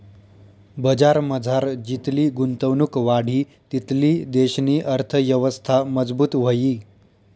बजारमझार जितली गुंतवणुक वाढी तितली देशनी अर्थयवस्था मजबूत व्हयी